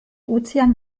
ozean